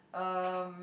um